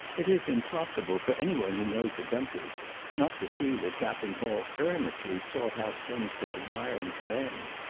it is impossible for any one who knows the country not to see that captain hall earnestly sought out things to admire and commend.